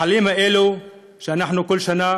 החללים האלה, שאנחנו כל שנה